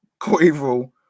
Quavo